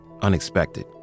Unexpected